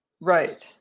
right